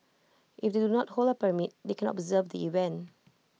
if they do not hold A permit they can observe the event